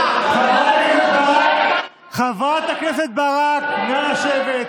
חברי הכנסת, נא לשבת.